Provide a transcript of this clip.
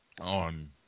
On